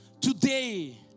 today